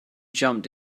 jumped